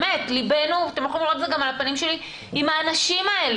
באמת אתם יכולים לראות את זה גם על הפנים שלי עם האנשים האלה.